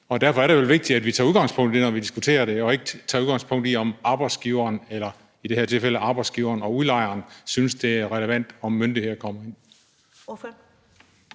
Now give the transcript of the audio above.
Og derfor er det vel vigtigt, at vi tager udgangspunkt i det, når vi diskuterer det, og at vi ikke tager udgangspunkt i, om udlejeren eller i det her tilfælde arbejdsgiveren synes, at det er relevant, at myndighederne kommer ind i